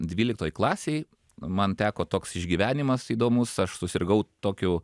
dvyliktoj klasėj man teko toks išgyvenimas įdomus aš susirgau tokiu